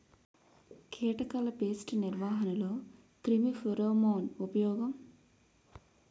కీటకాల పేస్ట్ నిర్వహణలో క్రిమి ఫెరోమోన్ ఉపయోగం